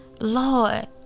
Lord